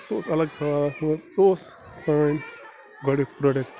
سُہ اوس الگ سوال مطلب سُہ اوس سٲنۍ گۄڈٕنیُک پرٛوٚڈکٹ